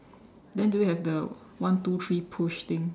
then do you have the one two three push thing